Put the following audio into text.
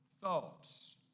thoughts